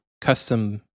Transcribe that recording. custom